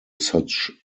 such